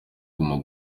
guma